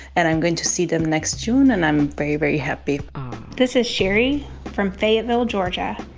and i'm going to see them next june. and i'm very, very happy this is sherry from fayetteville, ga.